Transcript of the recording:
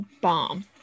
bomb